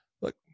look